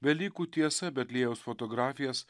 velykų tiesa betliejaus fotografijas